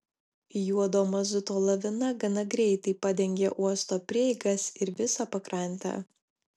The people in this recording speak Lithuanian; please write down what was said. juodo mazuto lavina gana greitai padengė uosto prieigas ir visą pakrantę